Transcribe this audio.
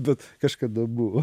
bet kažkada buvo